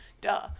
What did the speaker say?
Duh